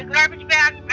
and garbage bags,